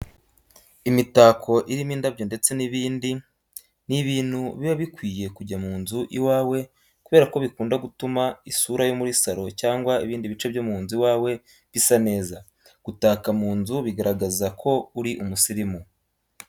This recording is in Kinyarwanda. Imitako irimo indabyo ndetse n'ibindi ni ibintu biba bikwiye kujya mu nzu iwawe kubera ko bikunda gutuma isura yo muri saro cyangwa ibindi bice byo mu nzu iwawe bisa neza. Gutaka mu nzu bigaragaraza ko uri umusirimu.